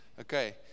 Okay